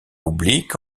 oblique